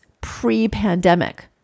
pre-pandemic